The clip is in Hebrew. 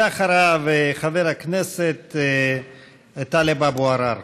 אחריו, חבר הכנסת טלב אבו עראר.